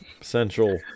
Central